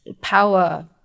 Power